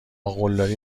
قلدری